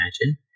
imagine